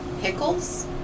Pickles